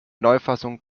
neufassung